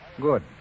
Good